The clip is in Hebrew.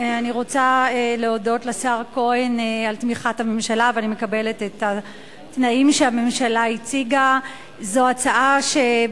אי-תחולה על זכאי לקצבת פרישה שמשתכר מקופת הציבור כעובד